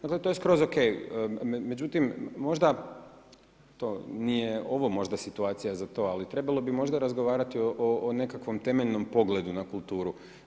Dakle, to je skroz ok, međutim možda to nije ovo možda situacija za to, ali trebalo bi možda razgovarati o nekakvom temeljnom pogledu na kulturu.